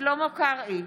שלמה קרעי,